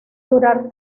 durar